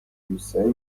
روستایی